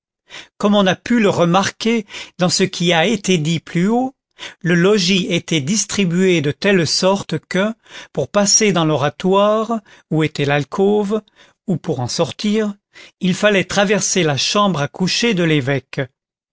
comme on a pu le remarquer dans ce qui a été dit plus haut le logis était distribué de telle sorte que pour passer dans l'oratoire où était l'alcôve ou pour en sortir il fallait traverser la chambre à coucher de l'évêque